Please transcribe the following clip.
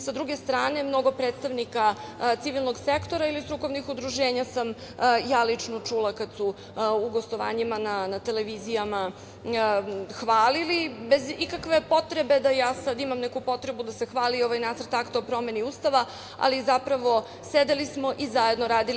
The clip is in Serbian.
Sa druge strane, mnogo predstavnika civilnog sektora ili strukovna udruženja sam ja lično čula kada su u gostovanjima na televizijama hvalili bez ikakve potrebe da ja sada imam potrebu da hvalim ovaj nacrt akta o promeni Ustava, ali zapravo sedeli smo i zajedno radili.